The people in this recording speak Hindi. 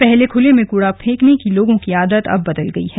पहले खुले में कूड़ा फेंकने की लोगों की आदत अब बदल गई है